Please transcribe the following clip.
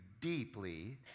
deeply